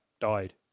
died